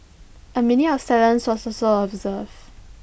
A minute of silence was also observed